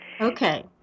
okay